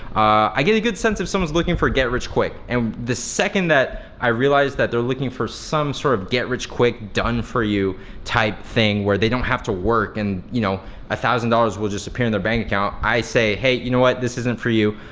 i get a good sense if someone's looking for a get rich quick, and the second that i realize that they're looking for some sort of get rich quick, done for you type thing, where they don't have to work, and one you know ah thousand dollars will just appear in their bank account, i say, hey you know what? this isn't for you,